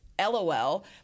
lol